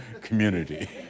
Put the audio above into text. community